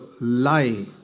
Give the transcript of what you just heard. lie